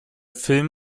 film